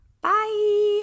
Bye